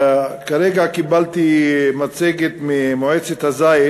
כרגע קיבלתי מצגת ממועצת הזית,